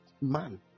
man